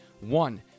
One